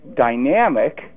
dynamic